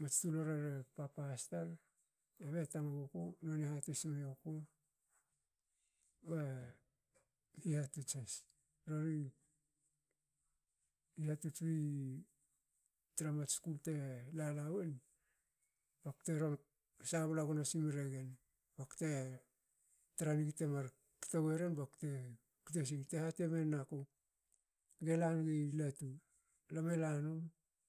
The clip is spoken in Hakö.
mats tularare papa has tar. be tamaguku nonie hatis mioku be hihatots has. Rori hihatots wi tra mats skul te lala win bakte ron sabla gno smregen bakte tranigi temar kto weren bakte kute sing te hati miyen aku- gelan gi latu. lame lanum